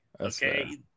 okay